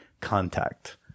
contact